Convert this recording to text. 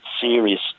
serious